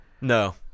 no